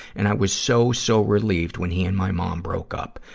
and i was so, so relieved when he and my mom broke up.